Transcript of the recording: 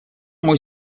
мой